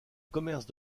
commerce